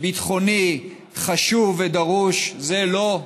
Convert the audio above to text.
ביטחוני חשוב ודרוש, זה לא?